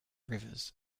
rivers